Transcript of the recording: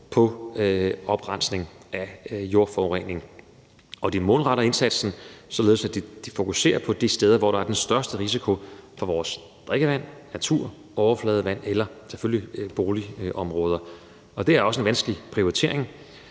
på oprensning af jordforurening. De målretter indsatsen, således at de fokuserer på de steder, hvor der er den største risiko for vores drikkevand, natur, overfladevand eller selvfølgelig boligområder. Det er også en vanskelig prioritering,